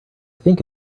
think